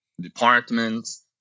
departments